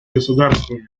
государствами